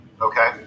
okay